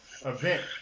event